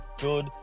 good